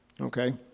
okay